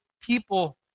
people